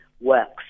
works